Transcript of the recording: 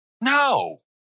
No